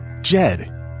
Jed